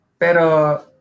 pero